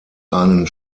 einen